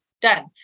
done